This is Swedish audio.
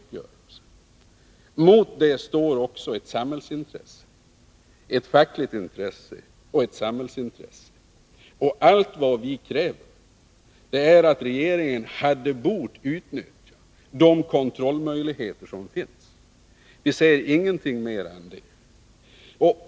Mot detta står också ett fackligt intresse och ett samhällsintresse. Vi kräver bara att regeringen utnyttjar de kontrollmöjligheter som finns. Vi säger ingenting mera än detta.